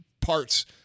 parts